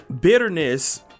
bitterness